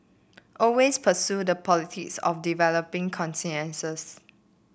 always pursue the politics of developing consensus